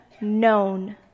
known